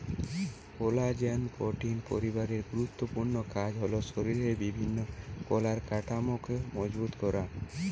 collagen protein পরিবারের গুরুত্বপূর্ণ কাজ হল শরিরের বিভিন্ন কলার কাঠামোকে মজবুত করা